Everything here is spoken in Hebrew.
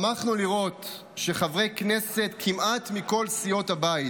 שמחנו לראות שחברי כנסת כמעט מכל סיעות הבית,